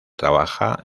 trabaja